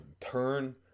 turn